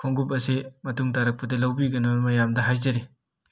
ꯈꯣꯡꯎꯞ ꯑꯁꯤ ꯃꯇꯨꯡ ꯇꯥꯔꯛꯄꯗ ꯂꯧꯕꯤꯗꯅꯕ ꯃꯌꯥꯝꯗ ꯍꯥꯏꯖꯔꯤ